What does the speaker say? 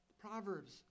Proverbs